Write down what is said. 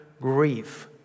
grief